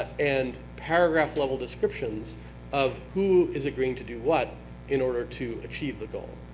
and paragraph-level descriptions of who is agreeing to do what in order to achieve the goal.